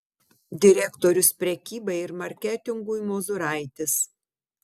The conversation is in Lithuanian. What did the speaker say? direktorius prekybai ir marketingui mozuraitis